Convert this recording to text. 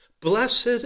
Blessed